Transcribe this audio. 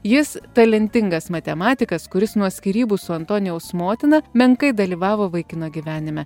jis talentingas matematikas kuris nuo skyrybų su antonijaus motina menkai dalyvavo vaikino gyvenime